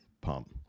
pump